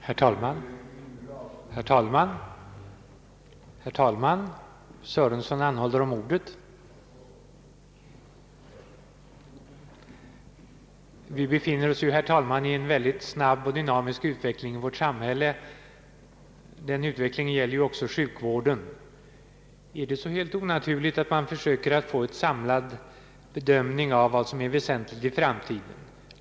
Herr talman! Vårt samhälle befinner sig i snabb utveckling. Den utvecklingen gäller också sjukvården. är det då helt onaturligt att man söker få till stånd en samlad bedömning av vad som är väsentligt i framtiden?